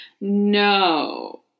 No